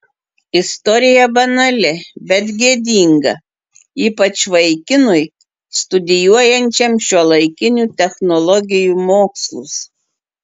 istorija banali bet gėdinga ypač vaikinui studijuojančiam šiuolaikinių technologijų mokslus